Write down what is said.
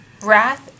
Wrath